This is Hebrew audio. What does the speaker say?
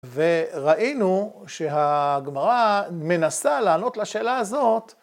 וראינו שהגמרא מנסה לענות לשאלה הזאת...